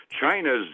China's